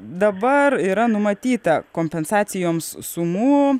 dabar yra numatyta kompensacijoms sumų